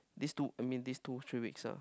this two I mean this two three weeks ah